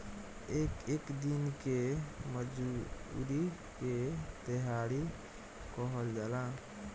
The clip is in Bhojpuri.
एक एक दिन के मजूरी के देहाड़ी कहल जाला